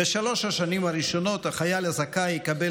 בשלוש השנים הראשונות החייל הזכאי יקבל